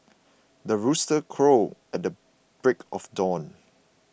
the rooster crows at the break of dawn